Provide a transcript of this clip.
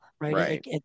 right